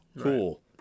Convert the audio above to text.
cool